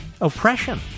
oppression